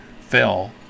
fell